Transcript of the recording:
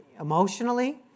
emotionally